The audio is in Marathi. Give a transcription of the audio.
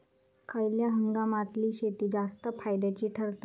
खयल्या हंगामातली शेती जास्त फायद्याची ठरता?